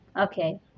okay